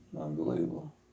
unbelievable